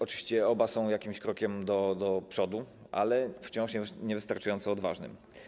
Oczywiście oba są jakimś krokiem do przodu, ale wciąż niewystarczająco odważnym.